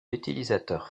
utilisateur